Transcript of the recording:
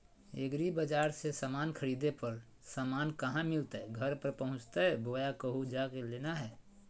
एग्रीबाजार से समान खरीदे पर समान कहा मिलतैय घर पर पहुँचतई बोया कहु जा के लेना है?